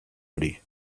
hori